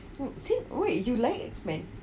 see !oi! you like X-men